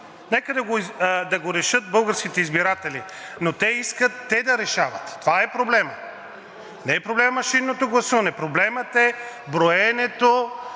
Нека да го решат българските избиратели. Но те искат те да решават, това е проблемът. Не е проблем машинното гласуване, проблемът е броенето,